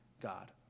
God